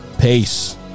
Peace